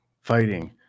Fighting